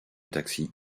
taxi